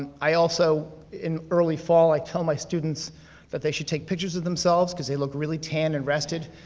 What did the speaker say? and i also, in early fall, i tell my students that they should take pictures of themselves, because they look really tanned and rested,